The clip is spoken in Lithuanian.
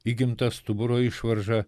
įgimta stuburo išvarža